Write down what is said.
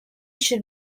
should